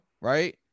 right